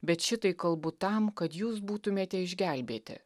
bet šitai kalbu tam kad jūs būtumėte išgelbėti